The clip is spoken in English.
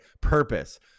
purpose